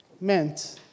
meant